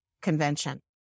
convention